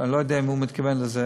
אני לא יודע אם הוא מתכוון לזה,